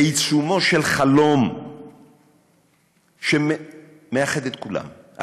בעיצומו של חלום שמאחד את כולם,